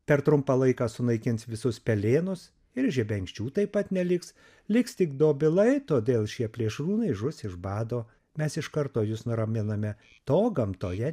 per trumpą laiką sunaikins visus pelėnus ir žebenkščių taip pat neliks liks tik dobilai todėl šie plėšrūnai žus iš bado mes iš karto jus nuraminame to gamtoje